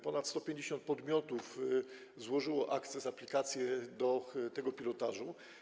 Ponad 150 podmiotów złożyło akces, aplikację do tego pilotażu.